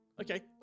Okay